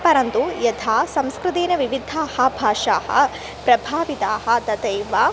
परन्तु यथा संस्कृतेन विविधाः भाषाः प्रभाविताः तथैव